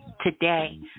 today